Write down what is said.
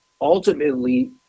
ultimately